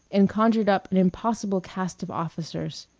and conjured up an impossible caste of officers,